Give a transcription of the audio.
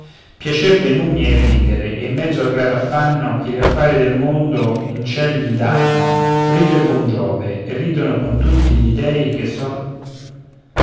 dei numi è il ridere e in mezzo al grave affanno che gli affari del mondo in ciel gli dànno ride il buon giove e ridono con lui tutti gli dèi che